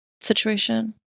situation